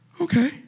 Okay